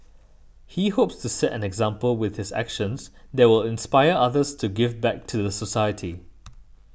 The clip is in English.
he hopes to set an example with his actions that will inspire others to give back to the society